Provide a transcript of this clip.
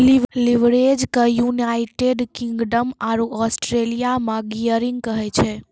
leverage के United Kingdom आरो Australia मे गियरिंग कहै छै